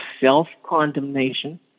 self-condemnation